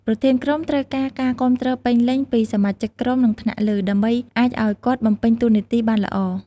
ប្រធានក្រុមត្រូវការការគាំទ្រពេញលេញពីសមាជិកក្រុម និងថ្នាក់លើ ដើម្បីអាចឱ្យគាត់បំពេញតួនាទីបានល្អ។